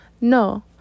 no